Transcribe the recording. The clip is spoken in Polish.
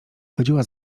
chodziła